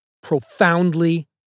profoundly